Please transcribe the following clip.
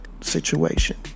situation